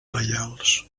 reials